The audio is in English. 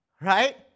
right